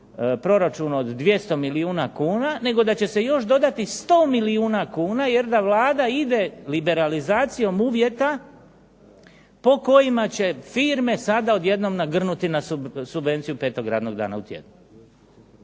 proračunu od 200 milijuna kuna, nego da će se još dodati sto milijuna kuna jer da Vlada ide liberalizacijom uvjeta po kojima će firme sada odjednom nagrnuti na subvenciju petog radnog dana u tjednu.